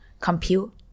compute